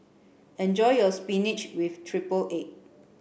enjoy your spinach with triple egg